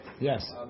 Yes